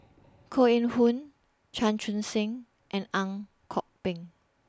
Koh Eng Hoon Chan Chun Sing and Ang Kok Peng